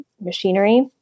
machinery